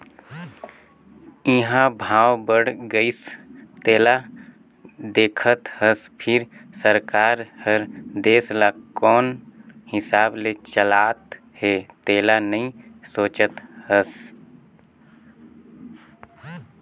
इंहा भाव बड़ गइसे तेला देखत हस फिर सरकार हर देश ल कोन हिसाब ले चलात हे तेला नइ सोचत हस